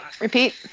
repeat